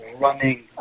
running